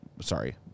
sorry